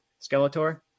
Skeletor